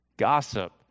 gossip